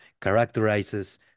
characterizes